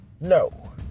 No